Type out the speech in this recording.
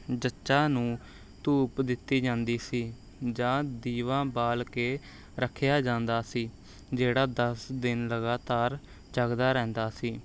ਜੱਚਾ ਨੂੰ ਧੂਪ ਦਿੱਤੀ ਜਾਂਦੀ ਸੀ ਜਾਂ ਦੀਵਾ ਬਾਲ ਕੇ ਰੱਖਿਆ ਜਾਂਦਾ ਸੀ ਜਿਹੜਾ ਦਸ ਦਿਨ ਲਗਾਤਾਰ ਜੱਗਦਾ ਰਹਿੰਦਾ ਸੀ